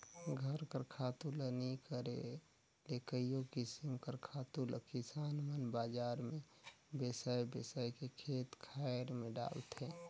घर कर खातू ल नी करे ले कइयो किसिम कर खातु ल किसान मन बजार ले बेसाए बेसाए के खेत खाएर में डालथें